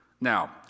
Now